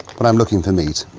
when i'm looking for meat,